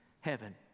heaven